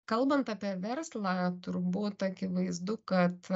kalbant apie verslą turbūt akivaizdu kad